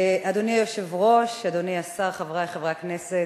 אדוני היושב-ראש, אדוני השר, חברי חברי הכנסת,